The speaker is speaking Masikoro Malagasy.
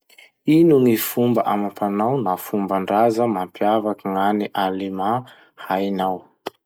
Ino gny fomba amam-panao na fomban-draza mampiavaky gn'any Allemand hainao?